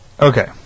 Okay